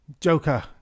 Joker